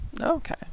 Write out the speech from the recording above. Okay